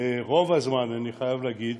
ורוב הזמן, אני חייב להגיד,